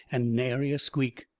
and nary a squeak.